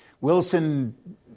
Wilson